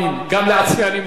גם לעצמי אני מאמין.